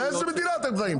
באיזה מדינה אתם חיים?